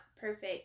perfect